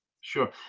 sure